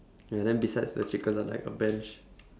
ya then besides the chicken got like a bench